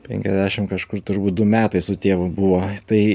penkiasdešim kažkur turbūt du metai su tėvu buvo tai